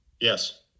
Yes